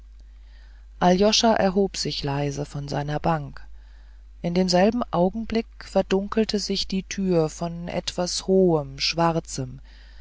aljoscha erhob sich leise von seiner bank in demselben augenblick verdunkelte sich die tür von etwas hohem schwarzem